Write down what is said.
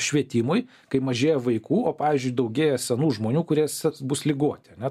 švietimui kai mažėja vaikų o pavyzdžiui daugėja senų žmonių kurias bus ligoti ane